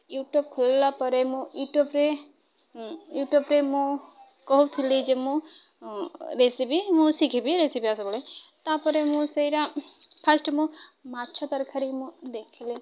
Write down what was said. YouTube ଖୋଲିଲା ପରେ ମୁଁ ୟୁଟ୍ୟୁବ୍ରେ ୟୁଟ୍ୟୁବ୍ରେ ମୁଁ କହୁଥିଲି ଯେ ମୁଁ ରେସିପି ମୁଁ ଶିଖିବି ରେସିପି ସବୁବେଳେ ତାପରେ ମୁଁ ସେଇଟା ଫାଷ୍ଟ ମୁଁ ମାଛ ତରକାରୀ ମୁଁ ଦେଖିଲି